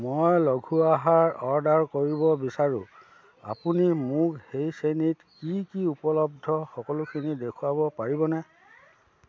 মই লঘু আহাৰ অৰ্ডাৰ কৰিব বিচাৰোঁ আপুনি মোক সেই শ্ৰেণীত কি কি উপলব্ধ সকলোখিনি দেখুৱাব পাৰিবনে